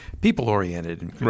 people-oriented